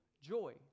joy